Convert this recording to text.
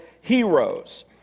heroes